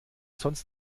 sonst